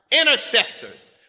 Intercessors